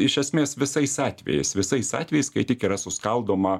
iš esmės visais atvejais visais atvejais kai tik yra suskaldoma